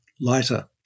lighter